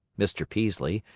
mr. peaslee,